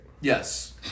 Yes